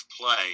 play